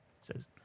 says